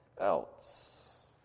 else